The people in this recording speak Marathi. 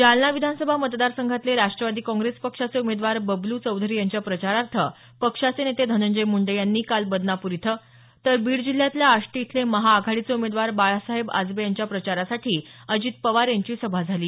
जालना विधानसभा मतदारसंघातले राष्ट्रवादी काँग्रेस पक्षाचे उमेदवार बबलू चौधरी यांच्या प्रचारार्थ पक्षाचे नेते धनंजय मुंडे यांनी काल बदनापूर इथं तर बीड जिल्ह्यातल्या आष्टी इथले महाआघाडीचे उमेदवार बाळासाहेब आजबे यांच्या प्रचारासाठी अजित पवार यांची सभा झाली